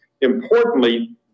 Importantly